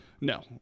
No